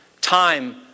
time